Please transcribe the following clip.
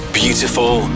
beautiful